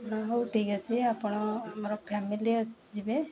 ହଁ ହଉ ଠିକ୍ ଅଛି ଆପଣ ଆମର ଫ୍ୟାମିଲି ଯିବେ